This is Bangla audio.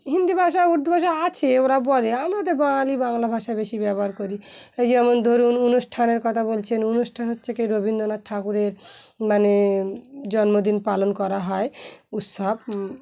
হিন্দি ভাষা উর্দু ভাষা আছে ওরা বলে আমরা তো বাঙালি বাংলা ভাষা বেশি ব্যবহার করি যেমন ধরুন অনুষ্ঠানের কথা বলছেন অনুষ্ঠান হচ্ছে কি রবীন্দ্রনাথ ঠাকুরের মানে জন্মদিন পালন করা হয় উৎসব